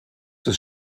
des